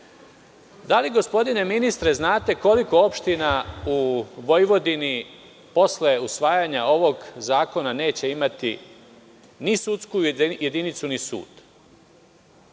li gospodine ministre znate koliko opština u Vojvodini posle usvajanja ovog zakona neće imati ni sudsku jedinicu, ni sud?